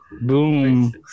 Boom